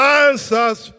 answers